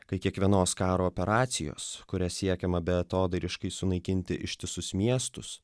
kai kiekvienos karo operacijos kuria siekiama beatodairiškai sunaikinti ištisus miestus